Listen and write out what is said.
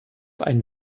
einen